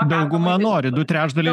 dauguma nori du trečdaliai